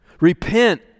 repent